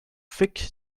fig